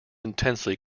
intensely